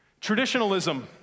Traditionalism